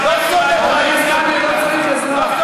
אני לא רוצה לקרוא לסדר בחנוכה, מיקי.